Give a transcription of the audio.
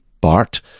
Bart